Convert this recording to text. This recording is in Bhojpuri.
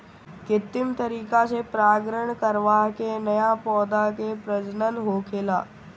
कित्रिम तरीका से परागण करवा के नया पौधा के प्रजनन होखेला